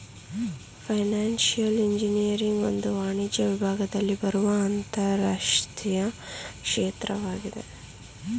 financial engineering ಒಂದು ವಾಣಿಜ್ಯ ವಿಭಾಗದಲ್ಲಿ ಬರುವ ಅಂತರಶಿಸ್ತೀಯ ಕ್ಷೇತ್ರವಾಗಿದೆ